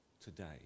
today